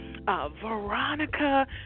Veronica